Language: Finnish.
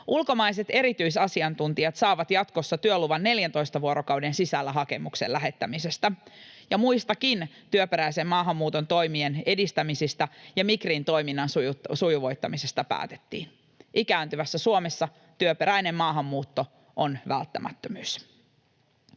Ulkomaiset erityisasiantuntijat saavat jatkossa työluvan 14 vuorokauden sisällä hakemuksen lähettämisestä, ja muidenkin työperäisen maahanmuuton toimien edistämisestä ja Migrin toiminnan sujuvoittamisesta päätettiin. Ikääntyvässä Suomessa työperäinen maahanmuutto on välttämättömyys.